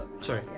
Sorry